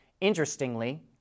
Interestingly